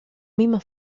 misma